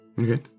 Okay